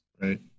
right